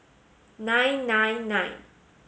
nine nine nine